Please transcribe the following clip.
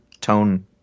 tone